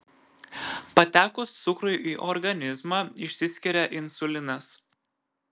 patekus cukrui į organizmą išsiskiria insulinas